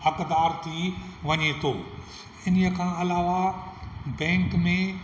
हक़दारु थी वञे थो इन्हीअ खां अलावा बैंक में